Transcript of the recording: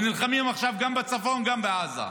ונלחמים עכשיו גם בצפון וגם בעזה.